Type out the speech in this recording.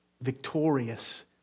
Victorious